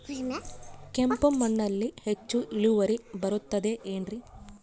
ಕೆಂಪು ಮಣ್ಣಲ್ಲಿ ಹೆಚ್ಚು ಇಳುವರಿ ಬರುತ್ತದೆ ಏನ್ರಿ?